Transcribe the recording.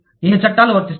ఏ చట్టాలు వర్తిస్తాయి